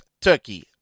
Turkey